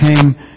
came